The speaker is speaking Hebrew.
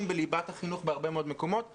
בליבת החינוך בהרבה מאוד מקומות ולכן,